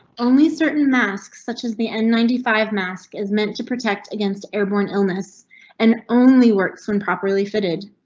only certain masks such as the n ninety five mask is meant to protect against airborne illness and only works when properly fitted.